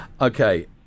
Okay